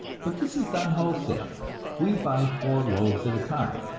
but this is done wholesale we buy four loaves at a time,